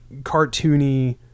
cartoony